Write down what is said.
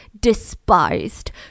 despised